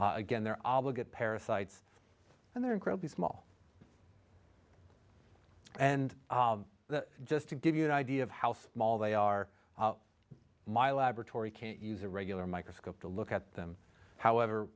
again they're all good parasites and they're incredibly small and just to give you an idea of how small they are my laboratory can use a regular microscope to look at them however